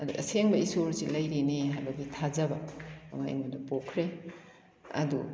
ꯑꯗ ꯑꯁꯦꯡꯕ ꯏꯁꯣꯔꯁꯤ ꯂꯩꯔꯤꯅꯦ ꯍꯥꯏꯕꯒꯤ ꯊꯥꯖꯕ ꯑꯃ ꯑꯩꯉꯣꯟꯗ ꯄꯣꯛꯈ꯭ꯔꯦ ꯑꯗꯨ